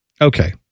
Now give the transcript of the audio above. Okay